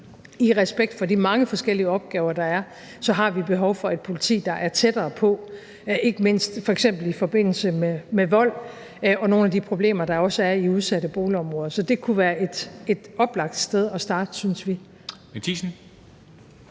I respekt for de mange forskellige opgaver, der er, så har vi behov for et politi, der er tættere på – ikke mindst f.eks. i forbindelse med vold og nogle af de problemer, der også er i udsatte boligområder. Så det kunne være et oplagt sted at starte, synes vi.